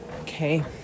Okay